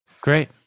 Great